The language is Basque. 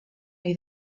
ohi